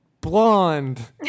blonde